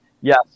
yes